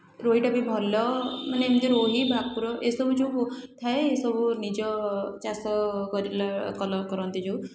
ରୋହୀଟା ବି ଭଲ ମାନେ ଏମିତି ରୋହୀ ଭାକୁର ଏସବୁ ଯେଉଁ ଥାଏ ଏ ସବୁ ନିଜ ଚାଷ କରିଲା କଲ କରନ୍ତି ଯେଉଁ